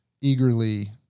eagerly